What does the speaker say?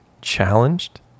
challenged